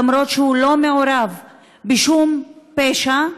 למרות שהוא לא מעורב בשום פשע,